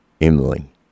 Emily